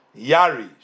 Yari